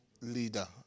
leader